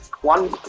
one